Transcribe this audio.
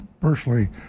personally